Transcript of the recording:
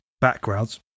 backgrounds